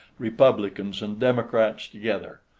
republicans and democrats together,